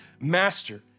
master